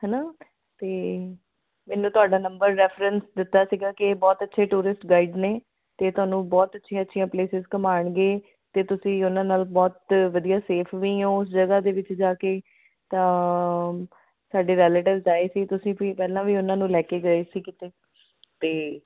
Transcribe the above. ਹੈ ਨਾ ਅਤੇ ਮੈਨੂੰ ਤੁਹਾਡਾ ਨੰਬਰ ਰੈਫਰੈਂਸ ਦਿੱਤਾ ਸੀਗਾ ਕਿ ਬਹੁਤ ਅੱਛੇ ਟੂਰਿਸਟ ਗਾਈਡ ਨੇ ਅਤੇ ਤੁਹਾਨੂੰ ਬਹੁਤ ਅੱਛੀਆਂ ਅੱਛੀਆਂ ਪਲੇਸਿਸ ਘਮਾਉਣਗੇ ਅਤੇ ਤੁਸੀਂ ਉਹਨਾਂ ਨਾਲ ਬਹੁਤ ਵਧੀਆ ਸੇਫ ਵੀ ਹੋ ਉਸ ਜਗ੍ਹਾ ਦੇ ਵਿੱਚ ਜਾ ਕੇ ਤਾਂ ਸਾਡੇ ਰੈਲੇਟਿਵਸ ਆਏ ਸੀ ਤੁਸੀਂ ਵੀ ਪਹਿਲਾਂ ਵੀ ਉਹਨਾਂ ਨੂੰ ਲੈ ਕੇ ਗਏ ਸੀ ਕਿਤੇ ਅਤੇ